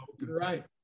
right